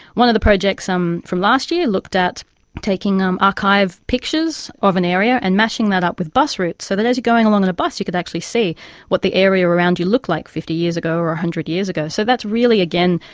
one of the projects um from last year looked at taking um archive pictures of an area and mashing that up with bus routes, so that as you are going along on a bus you could actually see what the area around you looked like fifty years ago or one hundred years ago. so that's really, again,